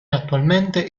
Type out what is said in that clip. attualmente